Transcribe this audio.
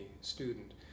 student